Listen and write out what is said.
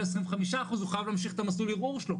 25 אחוז הוא חייב להמשיך את המסלול ערעור שלו,